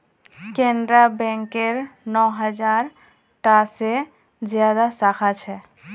केनरा बैकेर नौ हज़ार टा से ज्यादा साखा छे